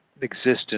existence